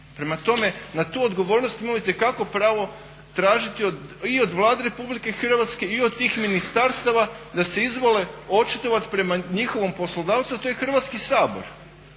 Prema tome, na tu odgovornost imamo itekako pravo tražiti i od Vlade Republike Hrvatske i od tih ministarstava da se izvole očitovat prema njihovom poslodavcu, a to je Hrvatski sabor.